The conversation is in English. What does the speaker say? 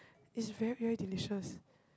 it's very very delicious